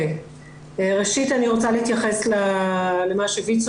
ראשית אני רוצה להתייחס למה שבוויצ"ו